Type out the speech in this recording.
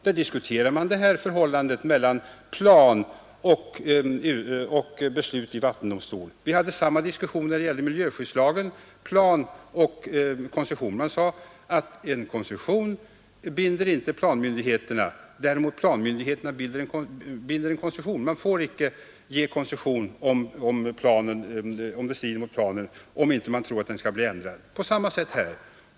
I den propositionen diskuterades förhållandet mellan plan och beslut i vattendomstolen. Samma diskussion hade vi i fråga om miljöskyddslagen — plan och koncession. Det sades att en koncession binder inte planmyndigheterna, däremot binder planmyndigheterna en koncession. Man får inte ge koncession om det strider mot planen, om man inte tror att den skall bli ändrad. På samma sätt är det här.